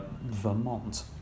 Vermont